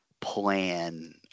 plan